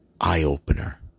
eye-opener